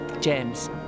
James